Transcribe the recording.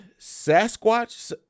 Sasquatch